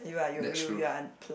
that's true